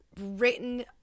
Written